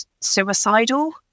suicidal